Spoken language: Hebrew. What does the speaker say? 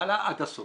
מהתחלה עד הסוף.